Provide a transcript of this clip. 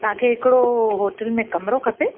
तव्हांखे हिकिड़ो होटल में कमिरो खपे